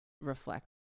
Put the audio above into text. reflect